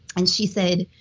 and she said.